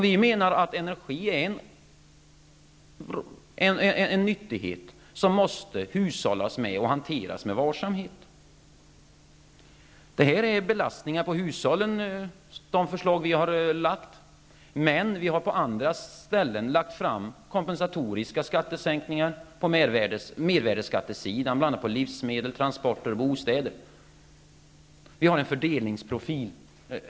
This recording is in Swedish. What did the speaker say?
Vi menar att energin är en nyttighet som man måste hushålla med och hantera med varsamhet. De förslag som vi har lagt fram innebär en belastning för hushållen. Men i andra avseenden har vi lagt fram förslag till kompensatoriska skattesänkningar på mervärdesskattesidan. Bl.a. gäller det livsmedel, transporter och bostäder. Vi har en fördelningsprofil.